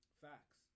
Facts